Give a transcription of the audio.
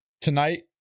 tonight